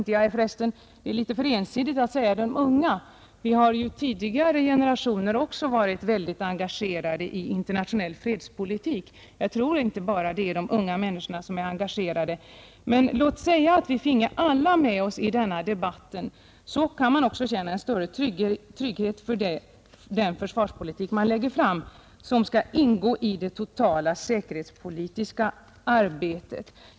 Det är kanske litet för ensidigt att säga ”de unga”, ty tidigare generationer har ju också varit mycket engagerade i internationell fredspolitik. Det är inte bara de unga människorna som är engagerade i denna debatt. Då skulle man också kunna känna större trygghet för den försvarspolitik man lägger fram och som skall ingå i det totala säkerhetspolitiska arbetet.